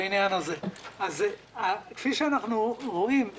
כפי שאנחנו רואים,